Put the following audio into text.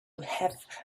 have